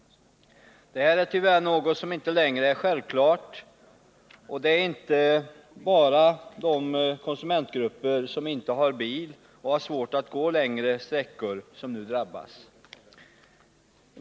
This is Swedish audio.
Detta är tyvärr något som inte längre är självklart. Det är inte bara de konsumentgrupper som saknar bil och har svårt att gå långa sträckor som nu drabbas.